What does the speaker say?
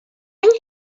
any